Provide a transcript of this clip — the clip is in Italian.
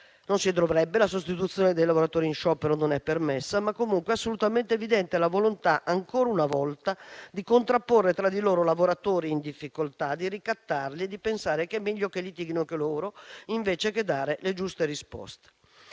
Non si dovrebbe, perché la sostituzione dei lavoratori in sciopero non è permessa. È comunque assolutamente evidente la volontà, ancora una volta, di contrapporre tra di loro lavoratori in difficoltà, di ricattarli e di pensare che sia meglio che litighino tra di loro invece di dare le giuste risposte.